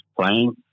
playing